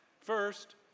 First